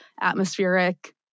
atmospheric